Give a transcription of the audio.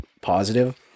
positive